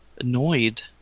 annoyed